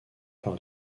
par